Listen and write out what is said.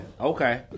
Okay